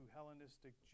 Hellenistic